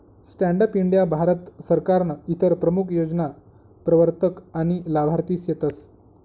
stand up India Bharat सरकारनं इतर प्रमूख योजना प्रवरतक आनी लाभार्थी सेतस